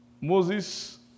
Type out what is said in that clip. Moses